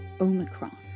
Omicron